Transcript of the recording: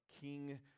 King